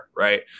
Right